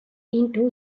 into